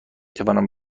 توانم